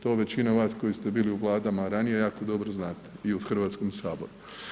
To većina vas koji ste bili u vladama ranije jako dobro znate i u Hrvatskom saboru.